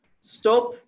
stop